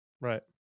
Right